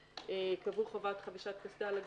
וקבעו חובת חבישת קסדה על הגלגינוע,